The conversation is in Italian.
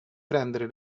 prendere